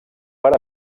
per